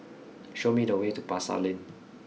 show me the way to Pasar Lane